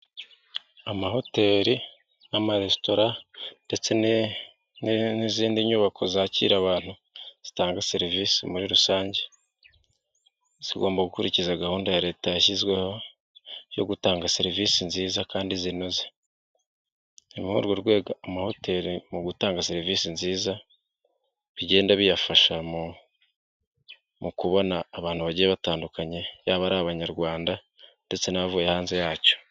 Amahoteli n'amaresitora ndetse n'izindi nyubako zakira abantu zitanga serivisi muri rusange, zigomba gukurikiza gahunda ya leta yashyizweho yo gutanga serivisi nziza kandi zinoze. Muri urwo rwego amahoteli mu gutanga serivisi nziza bigenda biyafasha mu kubona abantu bagiye batandukanye, yaba ari abanyarwanda ndetse n'abavuye hanze yacyo.